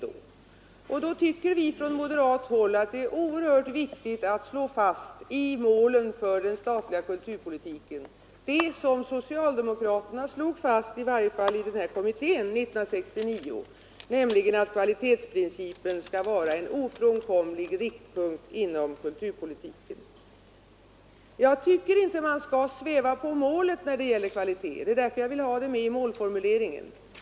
Därför tycker vi från moderat håll att det i målen för den statliga kulturpolitiken är oerhört viktigt att slå fast det som socialdemokraterna i varje fall i den här kommittén år 1969 slog fast, nämligen att kvalitetsprincipen skall vara en ofrånkomlig riktpunkt inom kulturpolitiken. Jag tycker inte man skall sväva på målet när det gäller kvaliteten. Det är därför jag vill ha den med i målformuleringen.